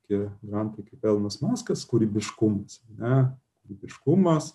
tokie grandai kaip elonas muskas kūrybiškumas ar ne kūrybiškumas